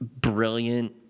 brilliant